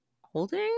Holding